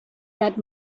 that